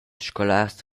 scolars